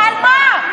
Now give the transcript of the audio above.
על מה?